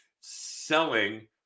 selling